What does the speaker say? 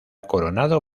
coronado